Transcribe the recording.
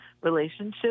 relationship